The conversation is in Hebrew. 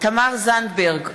תמר זנדברג,